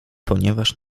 ponieważ